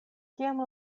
kiam